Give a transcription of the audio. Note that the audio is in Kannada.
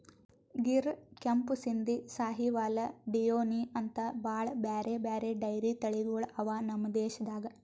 ಗಿರ್, ಕೆಂಪು ಸಿಂಧಿ, ಸಾಹಿವಾಲ್, ಡಿಯೋನಿ ಅಂಥಾ ಭಾಳ್ ಬ್ಯಾರೆ ಬ್ಯಾರೆ ಡೈರಿ ತಳಿಗೊಳ್ ಅವಾ ನಮ್ ದೇಶದಾಗ್